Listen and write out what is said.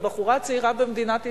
היא בחורה צעירה במדינת ישראל,